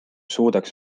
suudaks